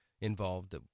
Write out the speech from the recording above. Involved